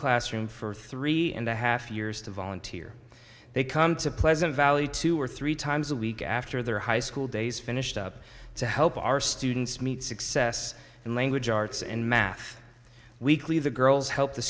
classroom for three and a half years to volunteer they come to pleasant valley two or three times a week after their high school days finished up to help our students meet success and language arts and math weekly the girls help the